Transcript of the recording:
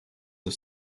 the